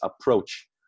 approach